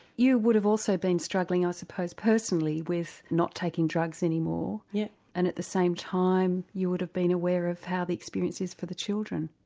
you would have also been struggling, i ah suppose, personally with not taking drugs anymore yeah and at the same time you would have been aware of how the experience is for the children.